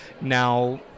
Now